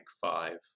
five